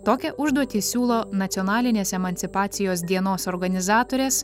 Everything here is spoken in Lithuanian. tokią užduotį siūlo nacionalinės emancipacijos dienos organizatorės